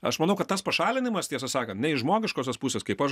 aš manau kad tas pašalinimas tiesą sakan ne iš žmogiškosios pusės kaip aš